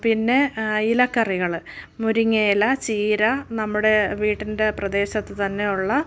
പിന്നെ ഇല കറികൾ മുരിങ്ങ ഇല ചീര നമ്മുടെ വീടിൻ്റെ പ്രദേശത്ത് തന്നെ ഉള്ള